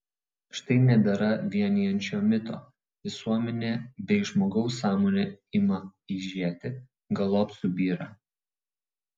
štai nebėra vienijančio mito visuomenė bei žmogaus sąmonė ima eižėti galop subyra